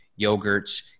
yogurts